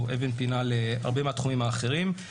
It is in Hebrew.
הוא אבן פינה להרבה מהתחומים האחרים.